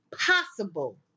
possible